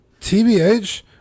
tbh